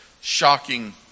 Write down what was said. shocking